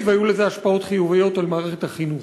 והיו לזה השפעות חיוביות על מערכת החינוך.